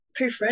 proofread